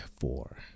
four